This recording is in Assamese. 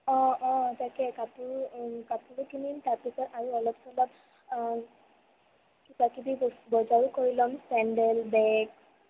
অঁ অঁ তাকে কাপোৰ কাপোৰো কিনিম তাৰপিছত আৰু অলপ চলপ কিবাকিবি বচ বজাৰো কৰি ল'ম চেণ্ডেল বেগ